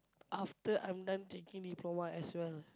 after I'm done taking diploma as well